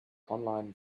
online